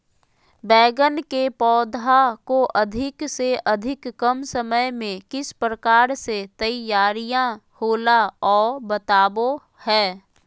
बैगन के पौधा को अधिक से अधिक कम समय में किस प्रकार से तैयारियां होला औ बताबो है?